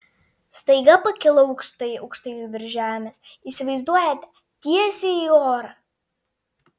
staiga pakilau aukštai aukštai virš žemės įsivaizduojate tiesiai į orą